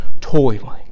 toiling